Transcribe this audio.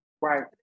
Right